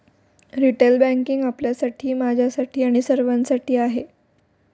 retail banking आपल्यासाठी, माझ्यासाठी आणि सर्वांसाठी आहे